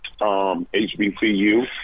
HBCU